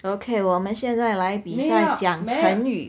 okay 我们现在来比赛讲成语